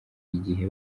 igihe